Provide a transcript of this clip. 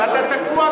ואתה תקוע,